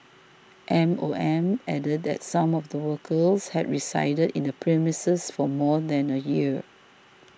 M O M added that some of the workers had resided in the premises for more than a year